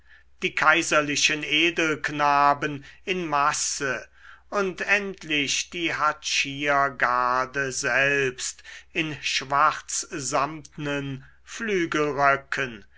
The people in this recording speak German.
die kaiserlichen edelknaben in masse und endlich die hatschiergarde selbst in schwarzsamtnen